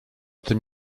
tym